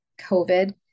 COVID